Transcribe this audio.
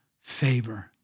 favor